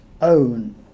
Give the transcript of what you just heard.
own